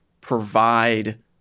provide